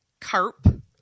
Carp